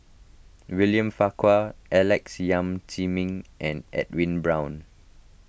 William Farquhar Alex Yam Ziming and Edwin Brown